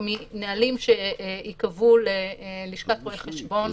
מנהלים שייקבעו ללשכת רואי החשבון למשל.